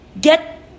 get